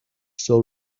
still